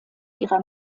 ihrer